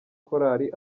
korari